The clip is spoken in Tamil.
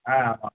ஆ ஆமாம்